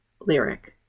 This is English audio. lyric